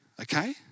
Okay